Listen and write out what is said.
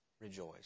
Rejoice